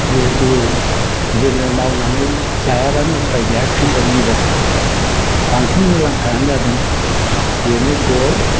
जिहैतु जोङो मावनानै जायाबानो उफाय गैया ख्रिसक जिबन बांसिन मुलाम्फायानो जादों बेनो गय